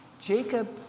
Jacob